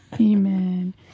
Amen